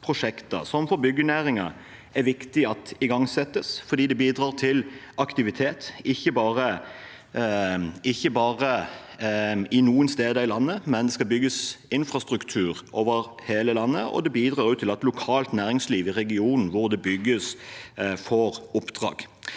som for byggenæringen er viktig at igangsettes fordi de bidrar til aktivitet, og ikke bare noen steder i landet, for det skal bygges infrastruktur over hele landet. Det bidrar også til at lokalt næringsliv i regionen hvor det bygges, får oppdrag